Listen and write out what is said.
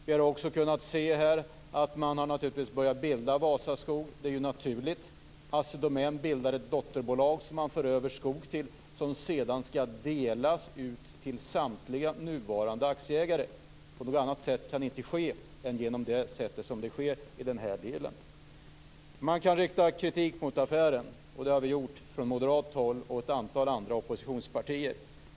Vi har också kunnat se att man har börjat bilda Vasaskog. Det är naturligt. Assi Domän bildar ett dotterbolag, och till det för man över skog, som sedan skall delas ut till samtliga nuvarande aktieägare. Detta kan inte ske på något annat sätt. Man kan rikta kritik mot affären, och det har gjorts från moderat håll och från ett antal andra oppositionspartier.